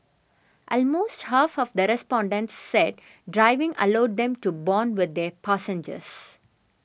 almost half of the respondents said driving allowed them to bond with their passengers